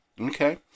Okay